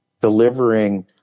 delivering